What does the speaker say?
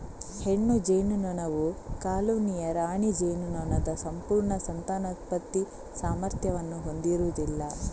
ಹೆಣ್ಣು ಜೇನುನೊಣವು ಕಾಲೋನಿಯ ರಾಣಿ ಜೇನುನೊಣದ ಸಂಪೂರ್ಣ ಸಂತಾನೋತ್ಪತ್ತಿ ಸಾಮರ್ಥ್ಯವನ್ನು ಹೊಂದಿರುವುದಿಲ್ಲ